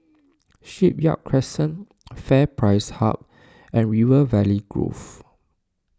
Shipyard Crescent FairPrice Hub and River Valley Grove